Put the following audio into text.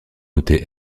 noté